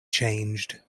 changed